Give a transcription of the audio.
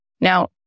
Now